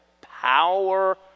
power